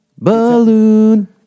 balloon